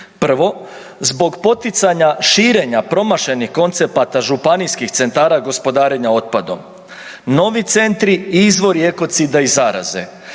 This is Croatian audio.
Prvo, zbog poticanja širenja promašenih koncepata županijskih centara gospodarenja otpadom. Novi centri izvor je ekocida i zaraze.